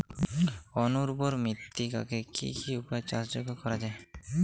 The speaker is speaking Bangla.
অনুর্বর মৃত্তিকাকে কি কি উপায়ে চাষযোগ্য করা যায়?